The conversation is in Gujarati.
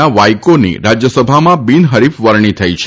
ના વાઈકોની રાજ્યસભામાં બિનહરીફ વરણી થઈ છે